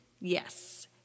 Yes